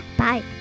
Bye